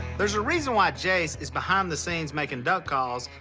there's a reason why jase is behind the scenes making duck calls,